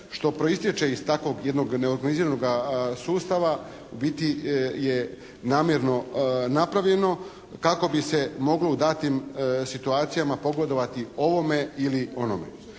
što proistječe iz takvoj jednog neorganiziranoga sustava u biti je namjerno napravljeno, kako bi se moglo u datim situacijama pogodovati ovome ili onome.